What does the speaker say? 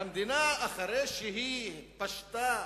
המדינה, אחרי שהיא פשטה